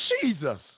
Jesus